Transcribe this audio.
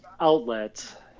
outlet